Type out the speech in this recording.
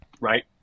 right